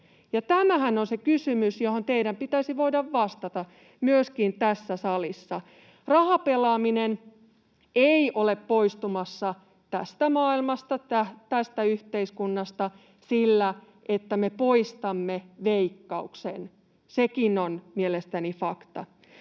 Tämähän on se kysymys, johon teidän pitäisi voida vastata myöskin tässä salissa. Rahapelaaminen ei ole poistumassa tästä maailmasta, tästä yhteiskunnasta sillä, että me poistamme Veikkauksen. Sekin on mielestäni fakta.